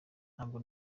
ntabwo